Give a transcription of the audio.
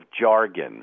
jargon